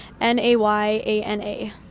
N-A-Y-A-N-A